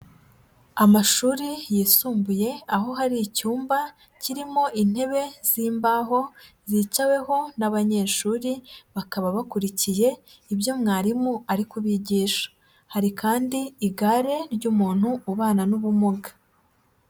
Amashuri yisumbuye aho hari icyumba kirimo intebe z'imbaho zicaweho n'abanyeshuri, bakaba bakurikiye ibyo mwarimu ariko kubigisha, hari kandi igare ry'umuntu ubana n'ubumuga.